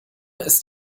ist